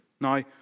Now